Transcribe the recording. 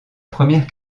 première